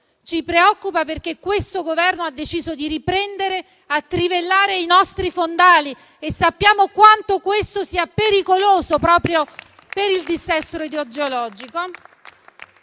Ci preoccupa perché questo Governo ha deciso di riprendere a trivellare i nostri fondali e sappiamo quanto questo sia pericoloso proprio per il dissesto idrogeologico.